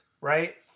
right